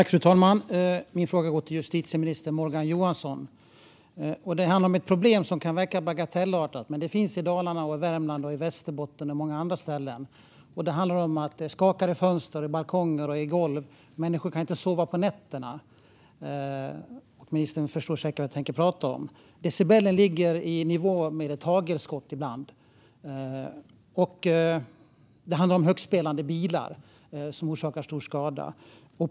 Fru talman! Min fråga går till justitieminister Morgan Johansson. Den handlar om ett problem som kan verka bagatellartat, men det finns i Dalarna, i Värmland, i Västerbotten och på många andra ställen. Det handlar om att det skakar i fönster, balkonger och golv. Människor kan inte sova på nätterna. Ministern förstår säkert vad jag tänker prata om. Decibelnivån ligger ibland på samma nivå som ett hagelskott. Det handlar om högtspelande bilar, som orsakar stor skada.